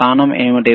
స్థానం ఏమిటి